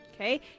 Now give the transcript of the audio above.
okay